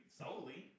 solely